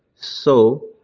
so,